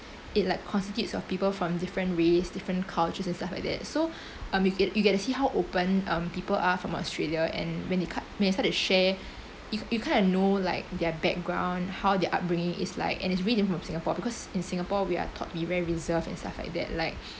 it like constitutes of people from different race different cultures and stuff like that so um you get to see how open um people are from australia and when it cut when we start to share if you kind of know like their background how their upbringing is like and it's different from singapore because in singapore we are taught to be very reserved and stuff like that like